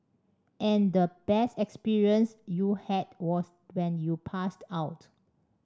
and the best experience you had was when you passed out